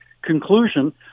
conclusion